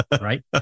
right